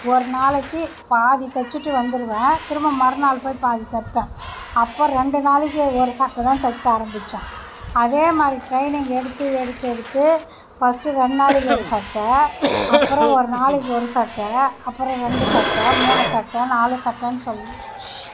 ஒரு நாளைக்கு பாதி தைச்சிட்டு வந்துடுவேன் திரும்ப மறுநாள் போய் பாதி தப்பேன் அப்போ ரெண்டு நாளைக்கு ஒரு சட்டை தான் தைக்க ஆரம்பித்தேன் அதேமாதிரி ட்ரைனிங் எடுத்து எடுத்து எடுத்து ஃபர்ஸ்ட் ரெண்டு நாளைக்கு ஒரு சட்டை அப்புறம் ஒரு நாளைக்கு ஒரு சட்டை அப்புறம் ரெண்டு சட்டை மூணு சட்டை நாலு சட்டைனு சொல்லி